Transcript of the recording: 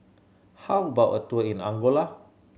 how about a tour in Angola